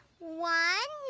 one